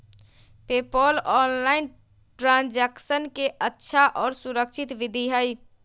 PayPal online transaction के अच्छा और सुरक्षित विधि हई